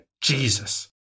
Jesus